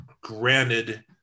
Granted